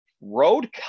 Road